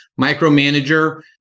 Micromanager